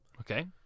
Okay